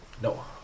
No